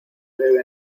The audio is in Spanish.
bebe